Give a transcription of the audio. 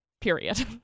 period